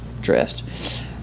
dressed